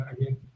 again